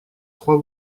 trois